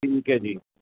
ਠੀਕ ਹੈ ਜੀ